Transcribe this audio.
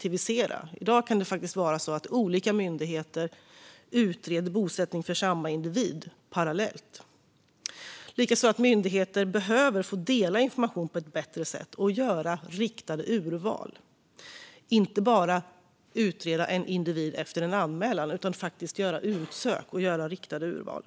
I dag kan det faktiskt vara så att olika myndigheter utreder bosättning för samma individ parallellt. Myndigheter behöver också få dela information på ett bättre sätt och göra riktade urval och inte bara utreda en individ efter en anmälan utan faktiskt söka och göra riktade urval.